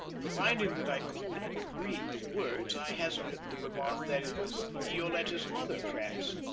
finding that i could not read the words, i hazarded the remark that it was yoletta's mother, perhaps.